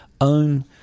own